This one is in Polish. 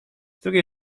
drugiej